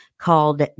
called